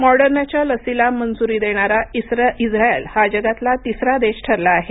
मॉडर्नाच्या लसीला मंजुरी देणारा इस्रायल हा जगातला तिसरा देश ठरला आहे